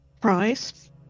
Price